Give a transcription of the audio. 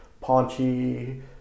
paunchy